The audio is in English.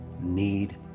need